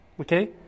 Okay